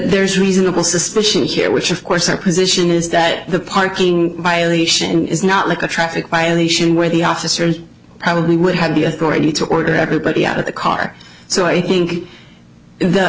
there's reasonable suspicion here which of course our position is that the parking violation is not like a traffic violation where the officers probably would have the authority to order everybody out of the car so i think that